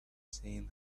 same